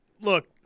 Look